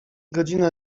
godzina